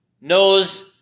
knows